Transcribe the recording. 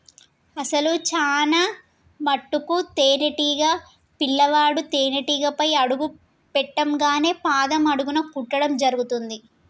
అసలు చానా మటుకు తేనీటీగ పిల్లవాడు తేనేటీగపై అడుగు పెట్టింగానే పాదం అడుగున కుట్టడం జరుగుతుంది